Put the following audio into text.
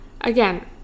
again